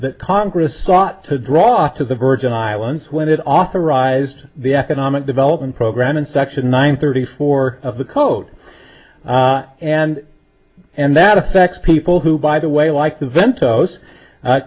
that congress sought to draw to the virgin islands when it authorized the economic development program in section one thirty four of the code and and that affects people who by the way like the vento those